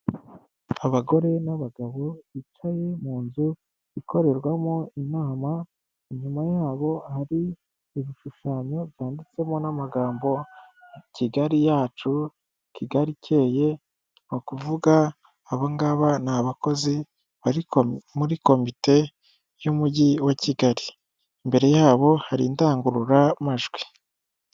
Abagore n'abagabo bicaye mu nzu ikorerwamo inama, inyuma yabo hari ibishushanyo byanditsemo n'amagambo Kigali yacu Kigali ikeye, ni ukuvuga aba ngaba ni abakozi bari muri komite y'umujyi wa Kigali, imbere yabo hari indangururamajwi.